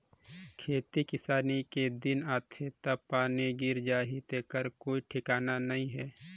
खेती किसानी के दिन आथे कब पानी गिर जाही तेखर कोई ठिकाना नइ हे